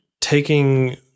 taking